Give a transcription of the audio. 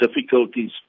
difficulties